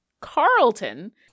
Carlton